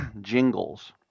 jingles